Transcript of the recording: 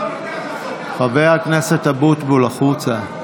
חבר הכנסת אבוטבול, החוצה.